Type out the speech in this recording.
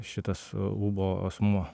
šitas ūbo asmuo